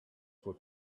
for